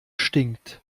stinkt